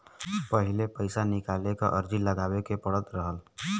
पहिले पइसा निकाले क अर्जी लगावे के पड़त रहल